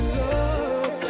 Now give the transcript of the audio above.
love